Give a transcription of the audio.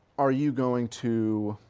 are you going to